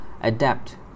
adapt